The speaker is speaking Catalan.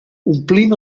omplint